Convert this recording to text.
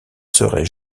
serait